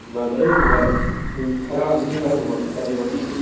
ꯕ꯭ꯔꯗꯔꯈꯣꯏꯒꯨꯝꯕ ꯃꯤ ꯈꯔꯒꯨꯝꯕ ꯈꯇꯅꯦꯕ ꯄꯤꯔꯤꯁꯦ